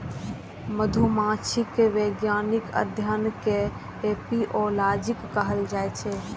मधुमाछी के वैज्ञानिक अध्ययन कें एपिओलॉजी कहल जाइ छै